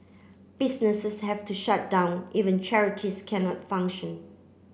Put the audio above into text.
businesses have to shut down even charities cannot function